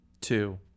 two